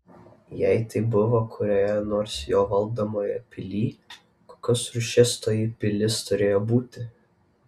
jei tai buvo kurioje nors jo valdomoje pilyj kokios rūšies toji pilis turėjo būti